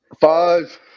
five